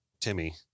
timmy